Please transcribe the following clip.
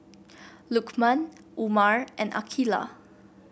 Lukman Umar and Aqeelah